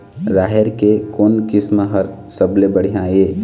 राहेर के कोन किस्म हर सबले बढ़िया ये?